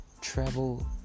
travel